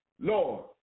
Lord